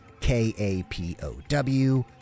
K-A-P-O-W